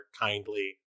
kindly